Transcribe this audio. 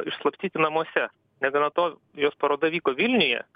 išslapstyti namuose negana to jos paroda vyko vilniuje